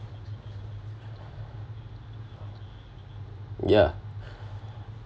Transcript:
ya